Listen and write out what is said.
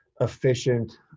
efficient